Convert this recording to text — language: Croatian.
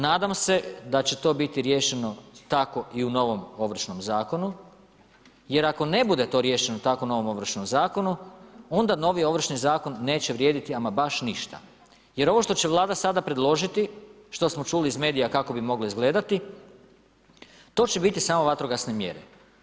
Nadam se da će to biti riješeno tako i u novom ovršnom zakonu, jer ako ne bude to riješeno tako u novom ovršnom zakonu, onda novi ovršni zakon neće vrijediti ama baš ništa jer ovo što će Vlada sada predložiti, što smo čuli iz medija kako bi moglo izgledati, to će biti samo vatrogasne mjere.